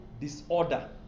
disorder